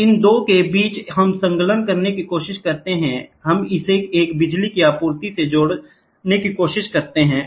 तो इन 2 के बीच हम संलग्न करने की कोशिश करते हैं हम इसे एक बिजली की आपूर्ति से जोड़ने की कोशिश करते हैं